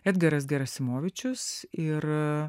edgaras garasimovičius ir